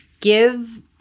Give